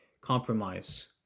compromise